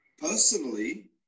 personally